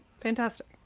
Fantastic